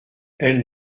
elles